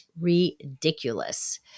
ridiculous